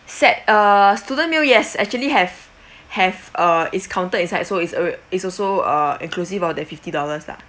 set uh student meal yes actually have have uh is countered inside so it's alr~ it's also uh inclusive of the fifty dollars lah